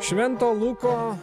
švento luko